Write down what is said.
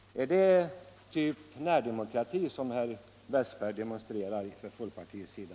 Är det typ närdemokrati som herr Westberg demonstrerar från folkpartiets sida?